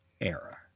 era